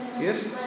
Yes